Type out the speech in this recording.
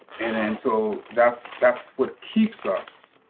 and and so that's that's what keeps us.